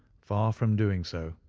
far from doing so,